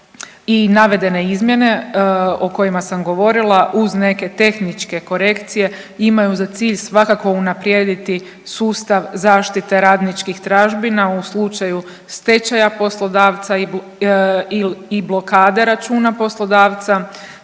i navedene izmjene o kojima sam govorila uz neke tehničke korekcije imaju za cilj svakako unaprijediti sustav zaštite radničkih tražbina u slučaju stečaja poslodavca i blokade računa poslodavca,